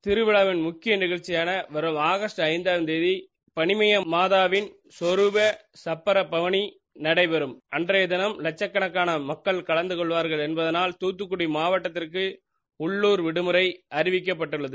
திருவிழாவின் முக்கிய நிகழ்ச்சியான வரும் ஆகஸ்ட் ஐந்தாம் தேதி பனிமய மாதாவின் சொருப சுப்பரபவனி நடைபெறும் அன்றைய தினம் லட்சக்கணக்கான பக்தர்கள் கலந்தகொள்வார்கள் என்பதினால் தாத்துத்துட்குட மாவட்டத்திற்கு உள்ளுர் விடுமுறை அறிவிக்கப்பட்டுள்ளது